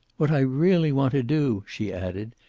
what i really want to do, she added,